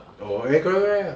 orh then correct correct ah